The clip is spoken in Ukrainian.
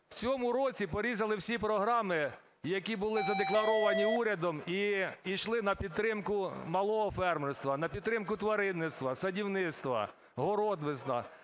У цьому році порізали всі програми, які були задекларовані урядом і йшли на підтримку малого фермерства, на підтримку тваринництва, садівництва, городництва